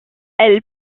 elle